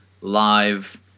Live